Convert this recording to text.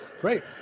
Great